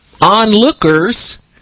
onlookers